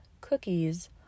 cookies